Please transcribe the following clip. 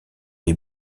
des